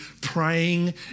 praying